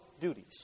duties